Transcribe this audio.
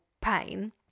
pain